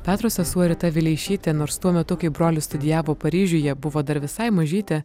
petro sesuo rita vileišytė nors tuo metu kai brolis studijavo paryžiuje buvo dar visai mažytė